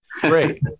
Great